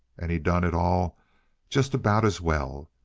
and he done it all just about as well.